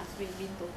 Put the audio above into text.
no